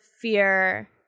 fear